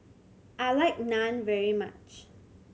I like Naan very much